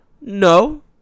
No